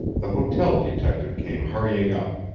the hotel detective came hurrying up.